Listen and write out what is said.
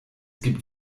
gibt